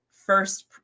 First